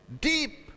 deep